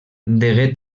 degué